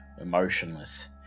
emotionless